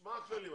מה הכללים?